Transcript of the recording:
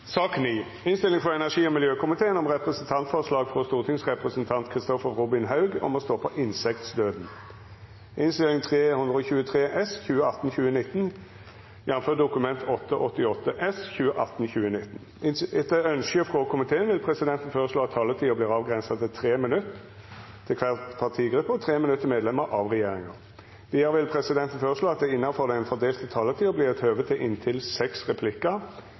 sak nr. 6. Etter ynske frå energi og miljøkomiteen vil presidenten føreslå at taletida vert avgrensa til 3 minutt til kvar partigruppe og 3 minutt til medlemer av regjeringa. Vidare vil presidenten føreslå at det – innanfor den fordelte taletida – vert gjeve høve til inntil seks replikkar